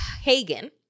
Hagen